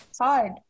hard